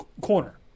Corner